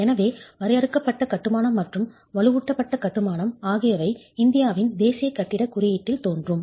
எனவே வரையறுக்கப்பட்ட கட்டுமானம் மற்றும் வலுவூட்டப்பட்ட கட்டுமானம் ஆகியவை இந்தியாவின் தேசிய கட்டிடக் குறியீட்டில் தோன்றும்